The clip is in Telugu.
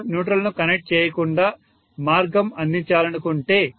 నేను న్యూట్రల్ ను కనెక్ట్ చేయకుండా మార్గం అందించాలనుకుంటే